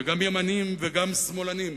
וגם ימנים וגם שמאלנים,